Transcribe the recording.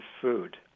food